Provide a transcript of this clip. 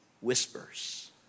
whispers